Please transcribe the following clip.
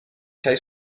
sei